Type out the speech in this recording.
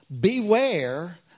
beware